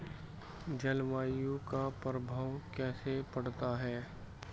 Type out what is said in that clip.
जलवायु का प्रभाव कैसे पड़ता है?